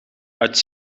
uit